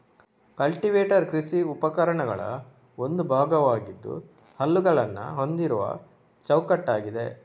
cultivator ಕೃಷಿ ಉಪಕರಣಗಳ ಒಂದು ಭಾಗವಾಗಿದ್ದು ಹಲ್ಲುಗಳನ್ನ ಹೊಂದಿರುವ ಚೌಕಟ್ಟಾಗಿದೆ